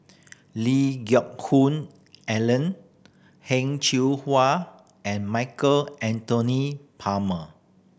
Lee Hoon Ellen Heng Hwa and Michael Anthony Palmer